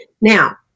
Now